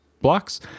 blocks